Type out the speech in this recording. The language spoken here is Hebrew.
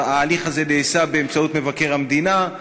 ההליך הזה נעשה באמצעות מבקר המדינה,